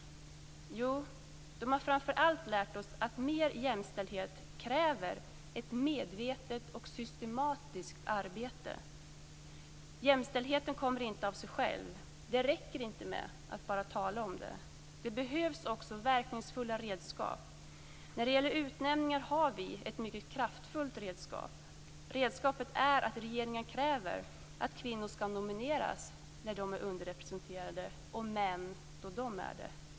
De har framför allt lärt oss att mer jämställdhet kräver ett medvetet och systematiskt arbete. Jämställdheten kommer inte av sig själv. Det räcker inte med att bara tala om den. Det behövs också verkningsfulla redskap. När det gäller utnämningar har vi ett mycket kraftfullt redskap. Redskapet är att regeringen kräver att kvinnor skall nomineras när de är underrepresenterade och män när de är det.